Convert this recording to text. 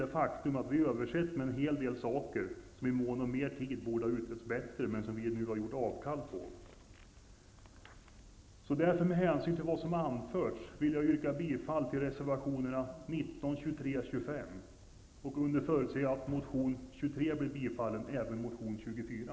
Ett faktum är dock att vi har översett med en hel del saker som i mån av mer tid borde ha utretts bättre, men som vi gjort avkall på. Med hänsyn till vad som har anförts, fru talman, yrkar jag bifall till reservationerna 19, 23 och 25, och under förutsättning att motion 23 blir bifallen yrkar jag även bifall till motion 24.